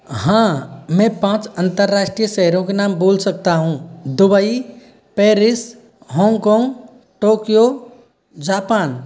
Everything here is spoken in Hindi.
हाँ मैं पाँच अंतर्राष्ट्रीय शहरों के नाम बोल सकता हूँ Dubai Paris Hong Kong Tokyo Japan